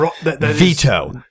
Veto